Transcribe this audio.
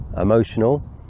emotional